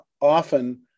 often